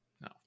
No